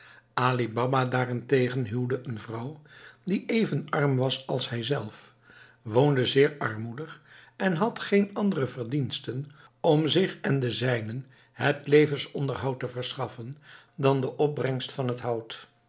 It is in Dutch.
ali baba daarentegen huwde een vrouw die even arm was als hij zelf woonde zeer armoedig en had geen andere verdiensten om zich en den zijnen het levensonderhoud te verschaffen dan de opbrengst van het hout